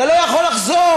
אתה לא יכול לחזור.